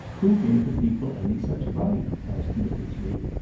who gave the people any such right? asked mrs. lee.